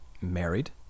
married